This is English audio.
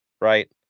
Right